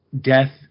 death